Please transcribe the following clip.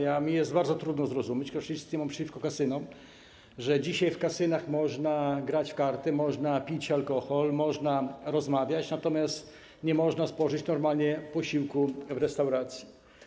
Jest mi bardzo trudno zrozumieć, choć nic nie mam przeciwko kasynom, że dzisiaj w kasynach można grać w karty, można pić alkohol, można rozmawiać, natomiast nie można spożyć normalnie posiłku w restauracji.